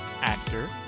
actor